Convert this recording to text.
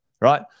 Right